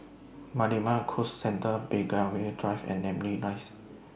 Marina Bay Cruise Centre Belgravia Drive and Namly Rise